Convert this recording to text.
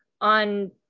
on